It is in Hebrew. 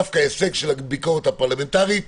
דווקא הישג של הביקורת הפרלמנטרית,